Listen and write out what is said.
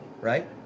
right